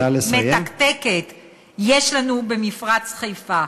מתקתקת יש לנו במפרץ חיפה?